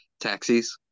taxis